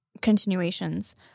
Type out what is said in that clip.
continuations